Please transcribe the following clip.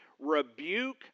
rebuke